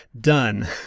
done